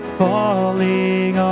falling